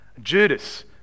Judas